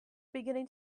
beginning